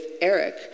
Eric